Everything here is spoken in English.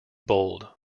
bold